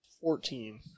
Fourteen